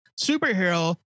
superhero